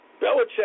Belichick